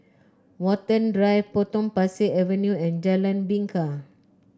Watten Drive Potong Pasir Avenue and Jalan Bingka